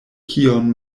kion